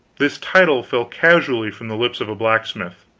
this title fell casually from the lips of a blacksmith,